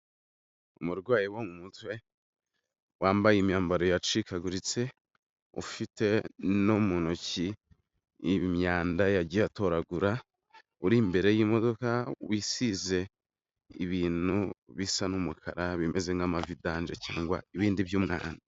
Umurwayi wo mu mutwe wambaye imyambaro yacikaguritse, ufite no mu ntoki imyanda yagiye atoragura, uri imbere y'imodoka, wisize ibintu bisa n'umukara bimeze nk'amavidanje cyangwa ibindi by'umwanda.